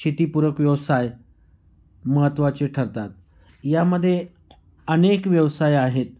शेतीपूरक व्यवसाय महत्त्वाचे ठरतात यामध्ये अनेक व्यवसाय आहेत